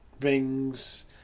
rings